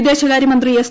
വിദേശകാര്യ മന്ത്രി എസ്